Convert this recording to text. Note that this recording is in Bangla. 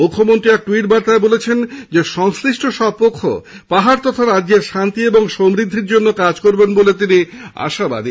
মুখ্যমন্ত্রী এক ট্যুইট বার্তায় বলেছেন সংশ্লিষ্ট সব পক্ষ পাহাড় তথা রাজ্যের শান্তি ও সমৃদ্ধির জন্য কাজ করবে বলে তিনি আশাবাদী